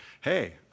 hey